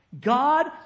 God